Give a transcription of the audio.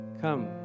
Come